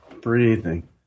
breathing